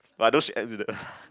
but I know she exited